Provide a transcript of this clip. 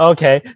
Okay